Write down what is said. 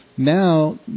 Now